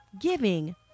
giving